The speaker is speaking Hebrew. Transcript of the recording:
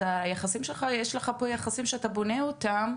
יש לך פה יחסים שאתה בונה אותם,